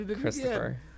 Christopher